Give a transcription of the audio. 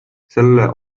selle